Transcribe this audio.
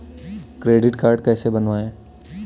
Credit card कैसे बनवाएँ?